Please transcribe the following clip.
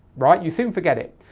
right? you soon forget it.